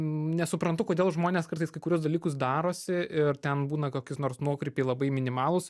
nesuprantu kodėl žmonės kartais kai kuriuos dalykus darosi ir ten būna kokis nors nuokrypiai labai minimalūs